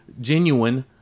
genuine